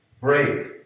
break